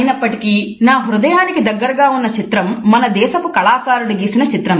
అయినప్పటి కీ నా హృదయానికి దగ్గరగా ఉన్న చిత్రం మన దేశపు కళాకారుడు గీసిన చిత్రం